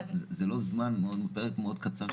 זה לא פרק זמן מאוד קצר,